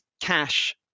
cash